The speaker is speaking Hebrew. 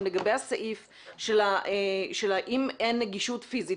לגבי הסעיף של אם אין נגישות פיסית,